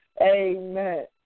Amen